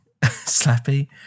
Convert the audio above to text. Slappy